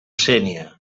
sénia